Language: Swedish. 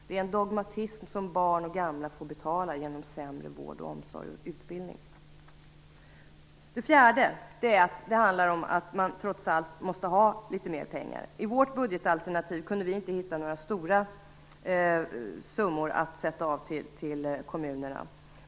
Det är en dogmatism som barn och gamla får betala genom sämre vård, omsorg och utbildning. Det fjärde handlar om att man trots allt måste ha litet mer pengar. I vårt budgetalternativ kunde vi inte hitta några stora summor att sätta av till kommunerna.